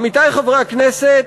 עמיתי חברי הכנסת,